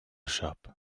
shop